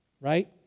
Right